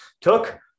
took